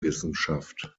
wissenschaft